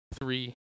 three